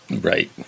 Right